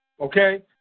okay